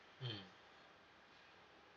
mmhmm